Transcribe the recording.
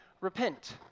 repent